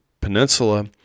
Peninsula